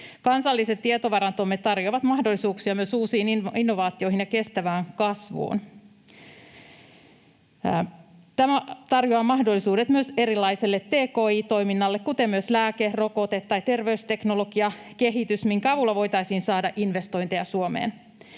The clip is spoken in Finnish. Kansalliset tietovarantomme tarjoavat mahdollisuuksia myös uusiin innovaatioihin ja kestävään kasvuun. Tämä tarjoaa mahdollisuudet myös erilaiselle tki-toiminnalle, kuten myös lääke‑, rokote- tai terveysteknologiakehitys, minkä avulla voitaisiin saada investointeja Suomeen.